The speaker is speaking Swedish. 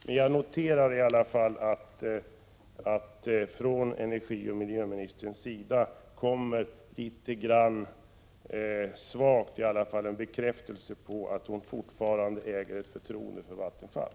Men jag noterar att det, i alla fall litet svagt, från miljöoch energiministern kom en bekräftelse på att hon fortfarande har förtroende för Vattenfall.